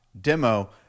Demo